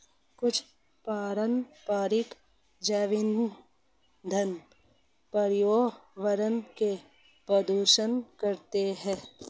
कुछ पारंपरिक जैव ईंधन पर्यावरण को प्रदूषित करते हैं